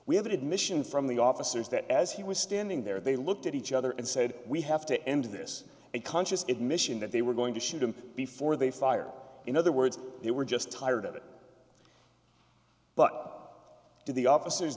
we have an admission from the officers that as he was standing there they looked at each other and said we have to end this and conscious admission that they were going to shoot him before they fired in other words they were just tired of it but did the officers